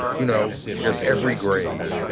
you know, there's every grade.